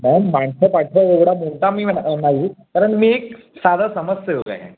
ma'am माणसं पाठवावं एवढा मोठा मी नाही कारण मी एक साधा समाजसेवक आहे